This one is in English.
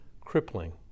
crippling